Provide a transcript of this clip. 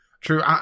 true